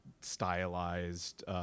stylized